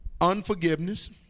unforgiveness